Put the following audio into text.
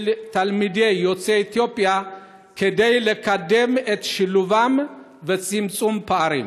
תלמידים יוצאי אתיופיה כדי לקדם את שילובם ואת צמצום הפערים?